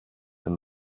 wenn